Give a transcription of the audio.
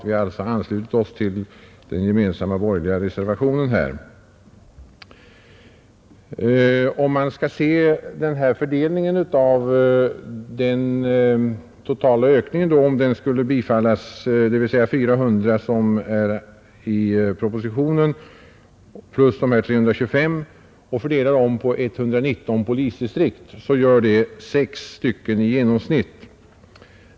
Vi har alltså anslutit oss till den gemensamma borgerliga reservationen på denna punkt. Om man ser på fördelningen av den totala ökningen, om reservationen skulle bifallas, dvs. de i propositionen föreslagna 400 och därtill de nämnda 325 tjänsterna, på de 119 polisdistrikten finner man, att det blir i genomsnitt sex tjänster per distrikt.